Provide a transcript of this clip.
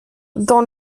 dans